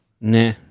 Nah